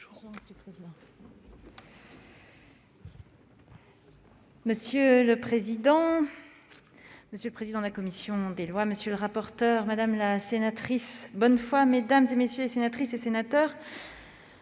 Monsieur le président, monsieur le président de la commission des lois, monsieur le rapporteur, madame la sénatrice Bonnefoy, mesdames, messieurs les sénateurs,